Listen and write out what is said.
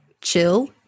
chill